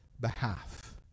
behalf